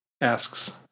asks